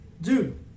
Dude